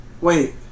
Wait